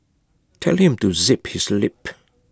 tell him to zip his lip